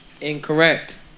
Incorrect